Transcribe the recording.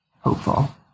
hopeful